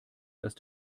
dass